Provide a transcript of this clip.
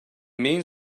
means